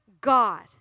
God